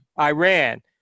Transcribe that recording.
Iran